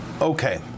Okay